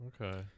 Okay